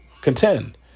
contend